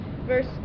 Verse